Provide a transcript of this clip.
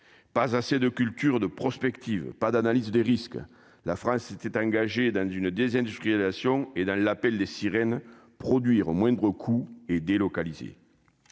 pas assez de culture de prospective, pas d'analyse des risques, la France s'était engagée d'un d'une désindustrialisation et dans l'appel des sirènes produire au moindre coût et délocalisée